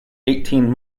eighteen